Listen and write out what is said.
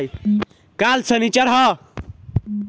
काल्ह सनीचर ह